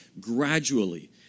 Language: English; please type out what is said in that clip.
gradually